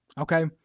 okay